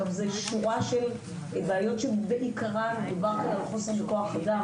זו שורה של בעיות שבעיקרן מדובר על חוסר בכוח אדם.